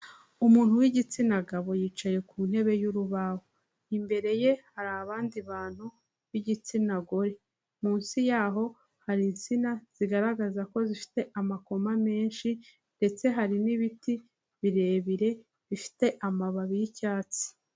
Umuntu w'igitsina gabo yicaye ku ntebe y'urubaho. Imbere ye hari abandi bantu b'igitsina gore. Munsi yaho, hari insina zigaragaza ko zifite amakoma menshi ndetse hari n'ibiti birebire bifite amababi y'icyatsi.